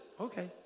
okay